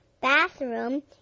bathroom